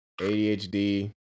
ADHD